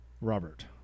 Robert